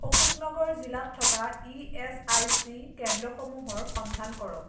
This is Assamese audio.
অশোক নগৰ জিলাত থকা ই এছ আই চি কেন্দ্ৰসমূহৰ সন্ধান কৰক